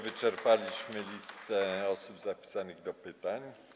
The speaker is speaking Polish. Wyczerpaliśmy listę osób zapisanych do pytań.